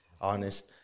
honest